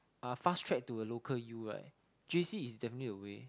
uh fast track to a local U right j_c is definitely a way